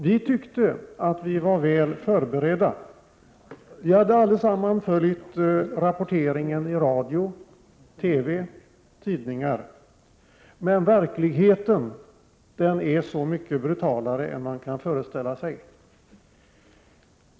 Vi tyckte att vi var väl förberedda — vi hade allesammans följt rapporteringen i radio, TV och tidningar — men verkligheten är så mycket brutalare än man kan föreställa sig.